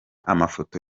amafoto